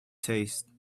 taste